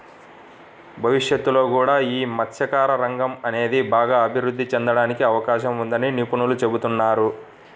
భవిష్యత్తులో కూడా యీ మత్స్యకార రంగం అనేది బాగా అభిరుద్ధి చెందడానికి అవకాశం ఉందని నిపుణులు చెబుతున్నారు